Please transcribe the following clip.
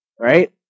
right